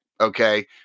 Okay